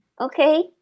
Okay